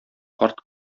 карт